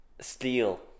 Steel